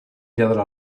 lladra